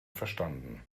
verstanden